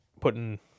putting